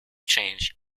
change